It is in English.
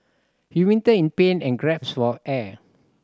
he writhed in pain and gasped for air